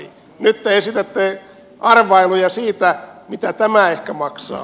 nyt te esitätte arvailuja siitä mitä tämä ehkä maksaa